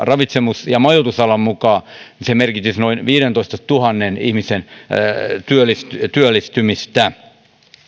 ravitsemus ja majoitusalan mukaan se merkitsisi noin viidentoistatuhannen ihmisen työllistymistä työllistymistä